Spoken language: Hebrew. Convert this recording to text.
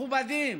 מכובדים,